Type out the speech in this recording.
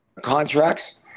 contracts